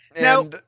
Now